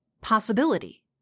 possibility